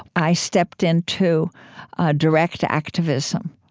i stepped into direct activism,